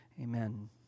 Amen